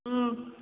ꯎꯝ